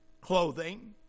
clothing